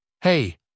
Hey